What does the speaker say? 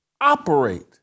operate